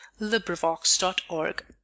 LibriVox.org